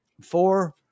four